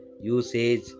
usage